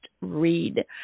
read